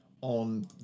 on